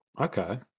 Okay